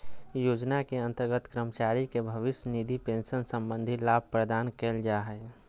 योजना के अंतर्गत कर्मचारी के भविष्य निधि पेंशन संबंधी लाभ प्रदान कइल जा हइ